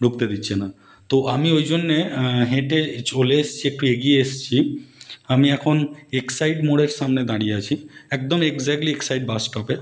ঢুকতে দিচ্ছে না তো আমি ওই জন্যে হেঁটে চলে এসছি একটু এগিয়ে এসেছি আমি এখন এক্সাইড মোড়ের সামনে দাঁড়িয়ে আছি একদম একজ্যাক্টলি এক্সাইড বাসস্টপে